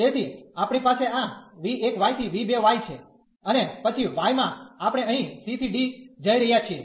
તેથી આપણી પાસે આ v1 થી v2 છે અને પછી y માં આપણે અહી c ¿ d જઈ રહ્યા છીએ